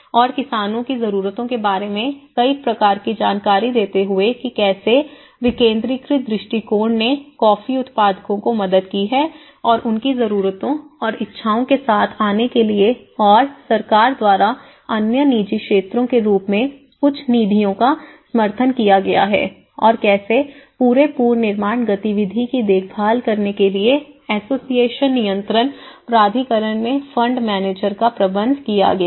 और किसानों की ज़रूरतों के बारे में कई प्रकार की जानकारी देते हुए कि कैसे विकेंद्रीकृत दृष्टिकोण ने कॉफी उत्पादकों को मदद की है और उनकी जरूरतों और इच्छाओं के साथ आने के लिए और सरकार द्वारा अन्य निजी क्षेत्रों के रूप में कुछ निधियों का समर्थन किया गया है और कैसे पूरे पुनर्निर्माण गतिविधि की देखभाल करने के लिए एसोसिएशन नियंत्रण प्राधिकरण में फंड मैनेजर का प्रबंध किया गया है